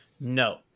No